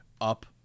up